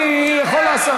אני יכול,